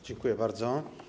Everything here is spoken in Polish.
Dziękuję bardzo.